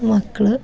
ಮಕ್ಕಳ